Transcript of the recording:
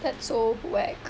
that's so whack